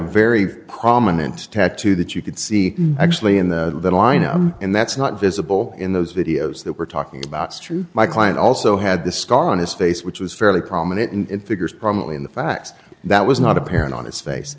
very prominent tattoo that you could see actually in the lineup and that's not visible in those videos that we're talking about strew my client also had this scar on his face which was fairly prominent in figures probably in the fact that was not apparent on his face